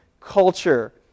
culture